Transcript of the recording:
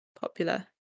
popular